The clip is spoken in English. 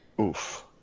Oof